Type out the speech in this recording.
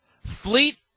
fleet